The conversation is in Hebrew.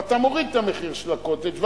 ואתה מוריד את המחיר של ה"קוטג'",